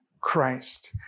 Christ